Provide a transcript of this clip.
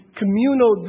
communal